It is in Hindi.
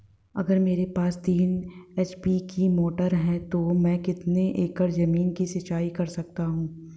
अगर मेरे पास तीन एच.पी की मोटर है तो मैं कितने एकड़ ज़मीन की सिंचाई कर सकता हूँ?